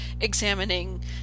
examining